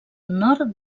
nord